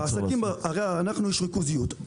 יש ריכוזיות.